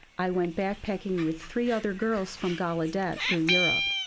i went backpacking with three other girls from gallaudet through europe.